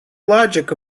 logic